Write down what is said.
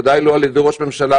בוודאי לא על ידי ראש הממשלה,